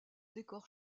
décors